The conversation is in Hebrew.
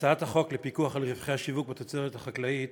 הצעת החוק לפיקוח על רווחי השיווק בתוצרת החקלאית